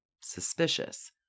Suspicious